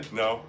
no